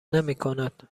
نمیکند